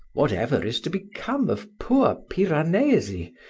whatever is to become of poor piranesi,